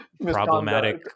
problematic